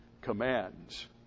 commands